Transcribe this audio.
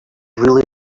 really